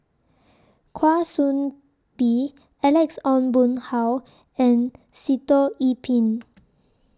Kwa Soon Bee Alex Ong Boon Hau and Sitoh Yih Pin